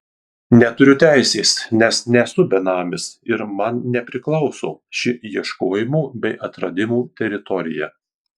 neturiu teisės nes nesu benamis ir man nepriklauso ši ieškojimų bei atradimų teritorija